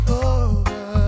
over